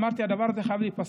אמרתי: הדבר הזה חייב להיפסק.